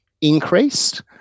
increased